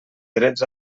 drets